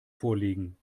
vorliegen